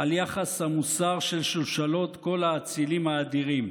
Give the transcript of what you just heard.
על יחס המוסר של שושלות כל האצילים האדירים,